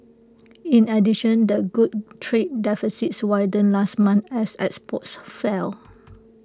in addition the good trade deficit widened last month as exports fell